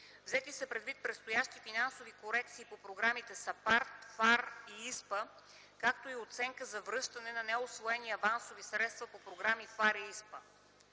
Взети са предвид предстоящи финансови корекции по програмите САПАРД, ФАР и ИСПА, както и оценка за връщане на неусвоени авансови средства по програми ФАР и ИСПА.